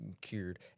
cured